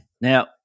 Now